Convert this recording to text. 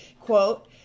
quote